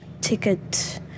ticket